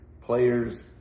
Players